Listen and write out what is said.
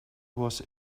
was